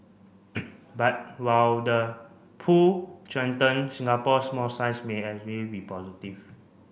but while the pool strengthened Singapore's small size may actually be positive